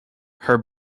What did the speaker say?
her